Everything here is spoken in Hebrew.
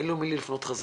ואין לו למי לפנות חזרה.